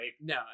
no